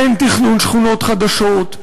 אין תכנון שכונות חדשות,